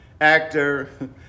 actor